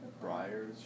Briars